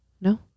no